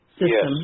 Yes